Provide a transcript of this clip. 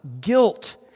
guilt